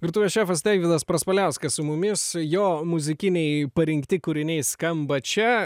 virtuvės šefas deividas praspaliauskas su mumis jo muzikiniai parinkti kūriniai skamba čia